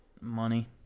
money